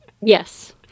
Yes